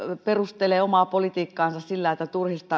perustelee omaa politiikkaansa sillä että